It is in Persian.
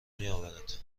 میآورد